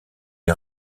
est